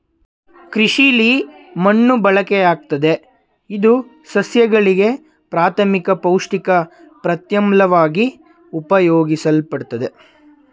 ಕೃಷಿಲಿ ಮಣ್ಣು ಬಳಕೆಯಾಗ್ತದೆ ಇದು ಸಸ್ಯಗಳಿಗೆ ಪ್ರಾಥಮಿಕ ಪೌಷ್ಟಿಕ ಪ್ರತ್ಯಾಮ್ಲವಾಗಿ ಉಪಯೋಗಿಸಲ್ಪಡ್ತದೆ